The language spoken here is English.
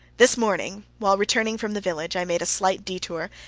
this morning, while returning from the village, i made a slight detour,